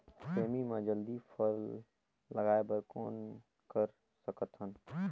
सेमी म जल्दी फल लगाय बर कौन कर सकत हन?